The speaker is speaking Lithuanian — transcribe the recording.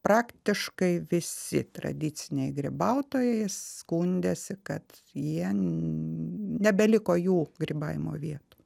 praktiškai visi tradiciniai grybautojai skundėsi kad jie nn nebeliko jų grybavimo vietų